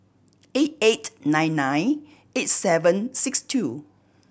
eight eight nine nine eight seven six two